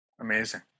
amazing